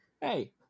Hey